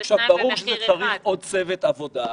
ברור שזה מצריך עוד צוות עבודה,